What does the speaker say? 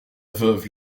veuve